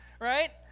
Right